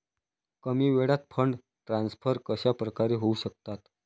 कमी वेळात fund transfer कशाप्रकारे होऊ शकतात?